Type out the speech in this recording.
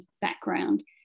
background